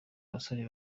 abasore